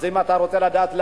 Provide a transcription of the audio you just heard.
אם אתה רוצה לדעת למה,